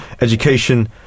education